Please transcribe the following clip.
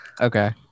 okay